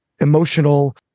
emotional